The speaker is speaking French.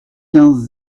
quinze